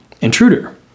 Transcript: intruder